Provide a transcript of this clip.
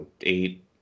eight